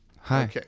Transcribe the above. Hi